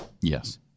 Yes